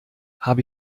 habe